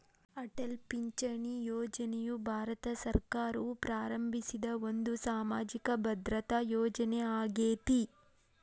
ಅಟಲ್ ಪಿಂಚಣಿ ಯೋಜನೆಯು ಭಾರತ ಸರ್ಕಾರವು ಪ್ರಾರಂಭಿಸಿದ ಒಂದು ಸಾಮಾಜಿಕ ಭದ್ರತಾ ಯೋಜನೆ ಆಗೇತಿ